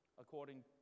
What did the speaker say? according